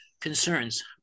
concerns